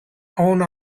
own